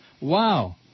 Wow